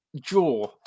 jaw